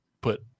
put